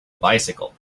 bicycle